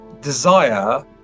desire